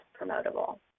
promotable